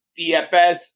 DFS